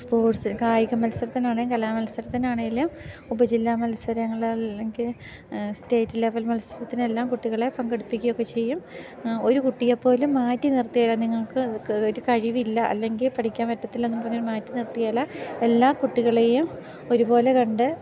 sports കായിക മത്സരത്തിനാണെങ്കിലും കലാ മത്സരത്തിനാണെങ്കിലും ഉപജില്ലാ മത്സരങ്ങൾ അല്ലെങ്കിൽ സ്റ്റേറ്റ് ലെവൽ മത്സരത്തിന് എല്ലാം കുട്ടികളെ പങ്കെടുപ്പിക്കുകയൊക്കെ ചെയ്യും ഒരു കുട്ടിയെപ്പോലും മാറ്റി നിർത്തുകയില്ല നിങ്ങൾക്ക് ഒരു കഴിവില്ല അല്ലെങ്കിൽ പഠിക്കാൻ പറ്റത്തില്ലെന്നു പറഞ്ഞു മാറ്റി നിർത്തുകയില്ല എല്ലാ കുട്ടികളെയും ഒരു പോലെ കണ്ട്